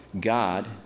God